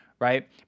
right